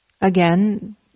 again